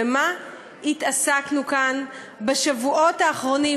במה התעסקנו כאן בשבועות האחרונים,